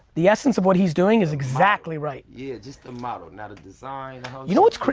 the essence of what he's doing is exactly right. yeah, just the model, not a design you know what's,